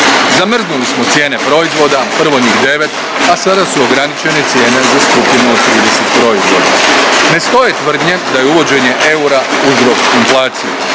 Zamrznuli smo cijene proizvoda, prvo njih devet, a sada su ograničene cijene za skupinu od 30 proizvoda. Ne stoje tvrdnje da je uvođenje eura uzrok inflaciji.